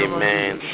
Amen